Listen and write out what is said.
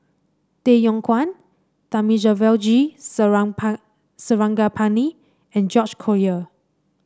Tay Yong Kwang Thamizhavel G Sarangapani and George Collyer